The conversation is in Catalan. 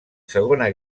segona